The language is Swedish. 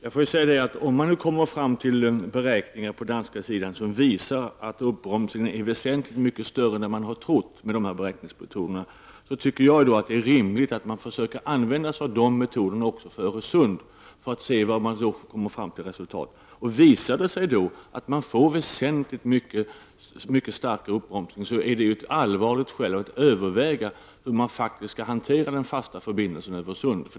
Herr talman! Om man på den danska sidan, enligt dessa beräkningsmetoder, kommer fram till att uppbromsningen är väsentligt större än vad man har trott, tycker jag att det är rimligt att använda sig av dessa metoder också för Öresund för att se vad det kan ge för resultat. Visar det sig att man får väsentligt mycket starkare uppbromsning, är det ett allvarligt skäl att överväga hur vi faktiskt skall göra i fråga om den fasta förbindelsen över sundet.